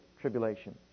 tribulation